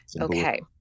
Okay